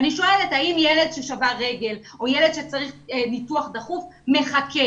אני שואלת האם ילד ששבר רגל או ילד שצריך ניתוח דחוף מחכה?